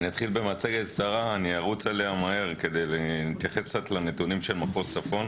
אתחיל במצגת קצרה וארוץ עליה מהר כדי שנתייחס רק לנתונים של מחוז צפון.